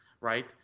right